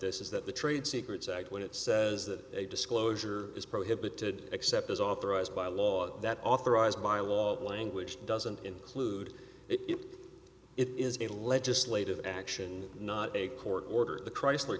this is that the trade secrets act what it says that disclosure is prohibited except as authorized by law that authorized by law language doesn't include it it is a legislative action not a court order the chrysler